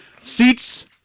Seats